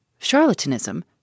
Charlatanism